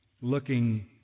looking